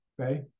okay